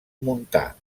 montà